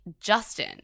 Justin